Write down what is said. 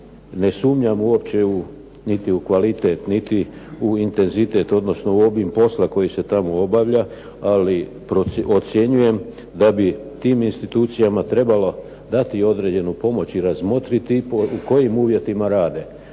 Ne sumnjam uopće u kvalitet niti u intenzitet, odnosno u obim posla koji se tamo obavlja, ali ocjenjujem da bi tim institucijama trebalo dati određenu pomoć i razmotriti u kojim uvjetima rade,